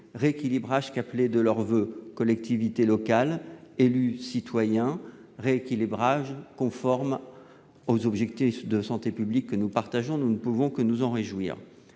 proximité qu'appelaient de leurs voeux collectivités locales, élus et citoyens. Ce rééquilibrage est conforme aux objectifs de santé publique que nous promouvons et nous ne pouvons que nous en réjouir.